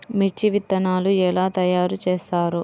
మిర్చి విత్తనాలు ఎలా తయారు చేస్తారు?